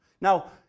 Now